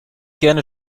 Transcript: gerne